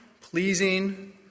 pleasing